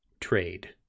trade